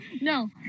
No